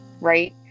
Right